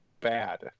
Bad